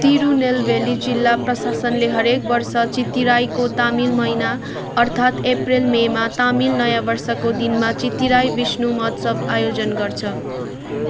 तिरुनेलवेली जिल्ला प्रशासनले हरेक वर्ष चित्तिराईको तमिल महिना अर्थात् अप्रेल मेमा तमिल नयाँ वर्षको दिनमा चित्तिराई विष्णु महोत्सव आयोजन गर्छ